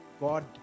God